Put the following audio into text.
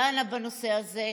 דנה בנושא זה,